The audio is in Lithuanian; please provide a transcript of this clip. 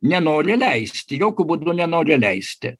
nenori leisti jokiu būdu nenori leisti